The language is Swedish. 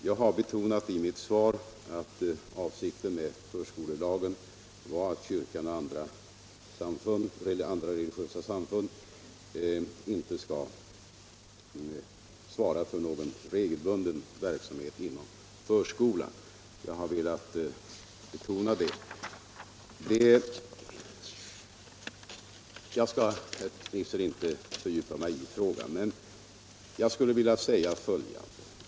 Jag har betonat i mitt svar att avsikten med förskolelagen var att kyrkan eller andra religiösa samfund inte skall svara för någon regelbunden verksamhet inom förskolan. Jag har velat betona det. Jag skall inte fördjupa mig i frågan men vill säga följande.